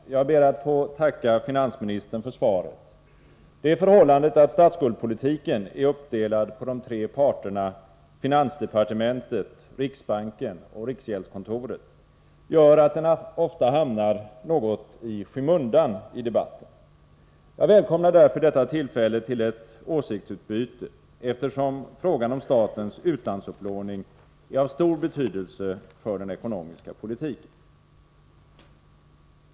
Herr talman! Jag ber att få tacka finansministern för svaret. Det förhållandet att statsskuldspolitiken är uppdelad på de tre parterna finansdepartementet, riksbanken och riksgäldskontoret gör att den ofta hamnar något i skymundan i debatten. Jag välkomnar därför detta tillfälle till ett åsiktsutbyte, eftersom frågan om statens utlandsupplåning är av stor betydelse för den ekonomiska politiken.